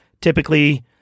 typically